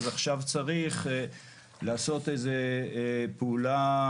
אז עכשיו צריך לעשות איזה פעולה,